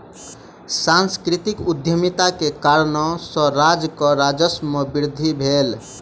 सांस्कृतिक उद्यमिता के कारणेँ सॅ राज्य के राजस्व में बहुत वृद्धि भेल